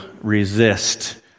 resist